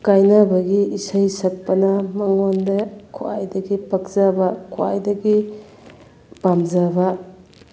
ꯀꯥꯏꯅꯕꯒꯤ ꯏꯁꯩ ꯁꯛꯄꯅ ꯃꯉꯣꯟꯗ ꯈ꯭ꯋꯥꯏꯗꯒꯤ ꯄꯛꯆꯕ ꯈ꯭ꯋꯥꯏꯗꯒꯤ ꯄꯥꯝꯖꯕ